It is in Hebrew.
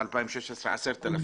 ב-2016 10,000,